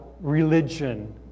religion